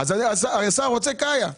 השר רוצה קיה,